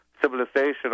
civilization